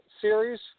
Series